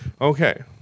Okay